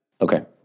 Okay